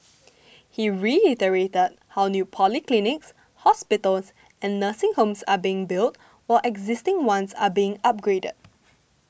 he reiterated how new polyclinics hospitals and nursing homes are being built while existing ones are being upgraded